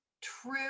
true